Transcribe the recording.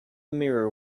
mirror